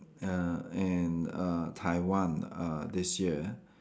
uh and uh Taiwan uh this year